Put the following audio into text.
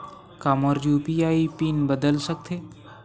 का मोर UPI PIN बदल सकथे?